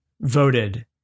voted